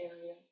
area